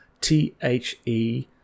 T-H-E